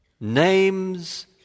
name's